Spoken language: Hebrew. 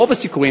רוב הסיכויים,